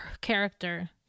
character